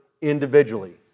individually